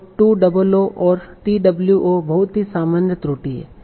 और too और two बहुत ही सामान्य त्रुटि है